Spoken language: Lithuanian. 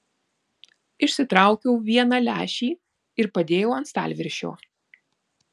išsitraukiau vieną lęšį ir padėjau ant stalviršio